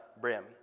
brim